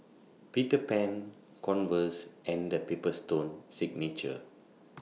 Peter Pan Converse and The Paper Stone Signature